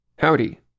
Howdy